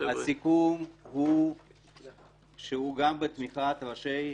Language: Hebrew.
שהוא גם בתמיכת ראשי